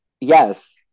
yes